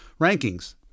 rankings